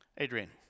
Adrian